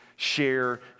share